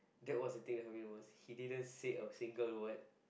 that was the thing that hurt me was he didn't say a single word